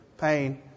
pain